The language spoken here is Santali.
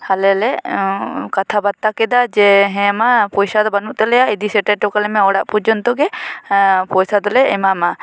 ᱟᱞᱮ ᱞᱮ ᱠᱟᱛᱷᱟ ᱵᱟᱛᱛᱟ ᱠᱮᱫᱟ ᱡᱮ ᱦᱮᱸ ᱢᱟ ᱯᱚᱭᱥᱟ ᱫᱚ ᱵᱟᱹᱱᱩᱜ ᱛᱟᱞᱮᱭᱟ ᱤᱫᱤ ᱥᱮᱴᱮᱨ ᱚᱴᱚ ᱠᱟᱞᱮ ᱢᱮ ᱚᱲᱟᱜ ᱯᱚᱡᱚᱱᱛᱳ ᱜᱮ ᱯᱚᱭᱥᱟ ᱫᱚ ᱞᱮ ᱮᱢᱟ ᱢᱟ